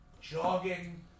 jogging